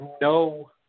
no –